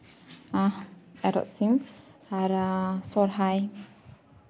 ᱮᱨᱚᱜ ᱥᱤᱢ ᱟᱨ ᱥᱚᱦᱨᱟᱭ